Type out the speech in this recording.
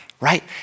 right